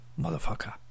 Motherfucker